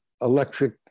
electric